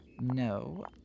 No